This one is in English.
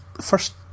first